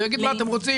הוא יגיד: מה אתם רוצים?